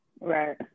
right